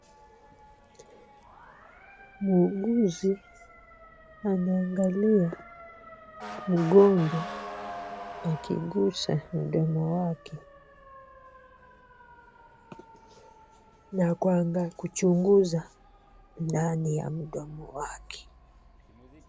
Muuguzi anaangalia mgonjwa akiguza mdomo wake na kuanza kuchunguza ndani ya mdomo wake.